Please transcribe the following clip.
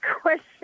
question